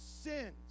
sins